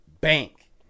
bank